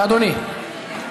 לאדוני.